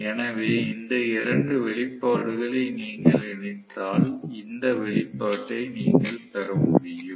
எனவே இந்த 2 வெளிப்பாடுகளை நீங்கள் இணைத்தால் இந்த வெளிப்பாட்டை நீங்கள் பெற முடியும்